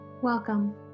Welcome